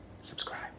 subscribe